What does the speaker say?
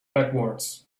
backwards